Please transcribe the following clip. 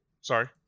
sorry